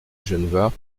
genevard